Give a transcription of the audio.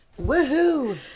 Woohoo